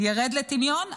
ירד לטמיון,